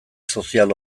sozial